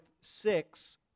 six